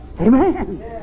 Amen